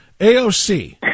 AOC